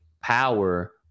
power